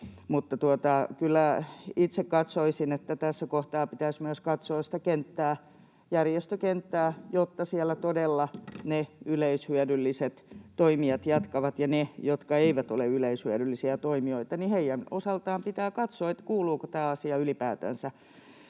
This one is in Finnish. itse katsoisin, että tässä kohtaa pitäisi myös katsoa sitä kenttää, järjestökenttää, jotta siellä todella yleishyödylliset toimijat jatkavat, ja niiden osalta, jotka eivät ole yleishyödyllisiä toimijoita, pitää katsoa, kuuluuko tämä asia ylipäätänsä